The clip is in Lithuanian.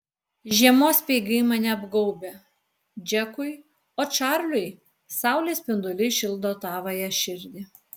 žiemos speigai mane apgaubia džekui o čarliui saulės spinduliai šildo tavąją širdį